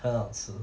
很好吃